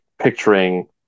picturing